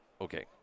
okay